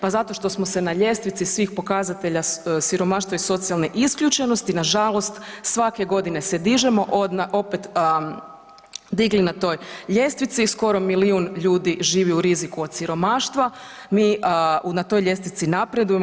Pa zato što smo se na ljestvici svih pokazatelja siromaštva i socijalne isključenosti nažalost svake godine se dižemo od, opet digli na toj ljestvici, skoro milijun ljudi živi u riziku od siromaštva, mi na toj ljestvici napredujemo.